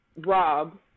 Rob